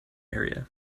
area